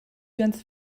ganz